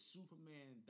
Superman